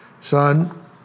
Son